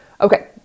Okay